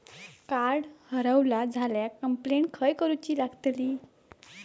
Card हरवला झाल्या complaint खय करूची लागतली?